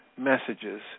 messages